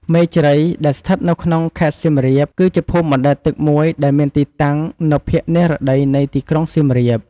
មេជ្រៃ ដែលស្ថិតនៅក្នុង ខេត្តសៀមរាប គឺជាភូមិបណ្ដែតទឹកមួយដែលមានទីតាំងនៅភាគនិរតីនៃទីក្រុងសៀមរាប។